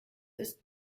ist